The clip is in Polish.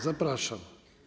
Zapraszam.